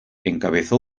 encabezó